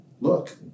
look